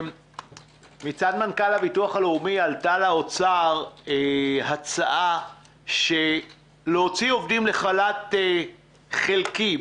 מצד מנכ"ל הביטוח הלאומי עלתה לאוצר הצעה להוציא עובדים לחל"ת חלקי.